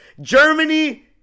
Germany